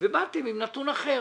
ובאתם עם נתון אחר.